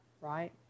right